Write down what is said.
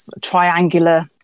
triangular